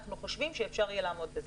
אנחנו חושבים שאפשר יהיה לעמוד בזה.